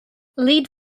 lead